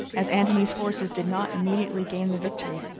as antony's forces did not immediately gain the victory,